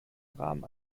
rahmen